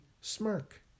smirk